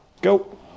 go